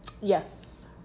Yes